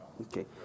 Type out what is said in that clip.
Okay